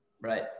right